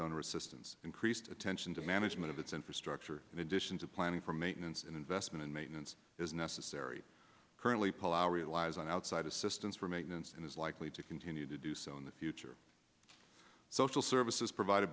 donor assistance increased attention to management of its infrastructure in addition to planning for maintenance investment and maintenance is necessary currently pull our relies on outside assistance for maintenance and is likely to continue to do so in the future social services provided